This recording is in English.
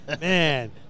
man